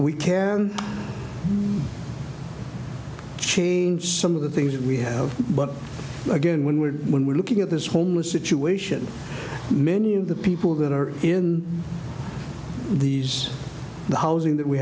we can change some of the things that we have but again when we're when we're looking at this homeless situation many of the people that are in these the housing that we